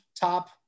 top